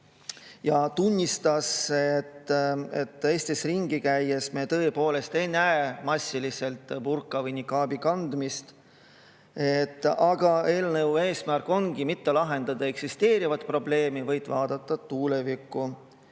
Ta tunnistas, et Eestis ringi käies ei näe me tõepoolest massiliselt burka või nikaabi kandmist, aga eelnõu eesmärk ongi mitte lahendada eksisteerivat probleemi, vaid vaadata tulevikku,